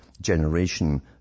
generation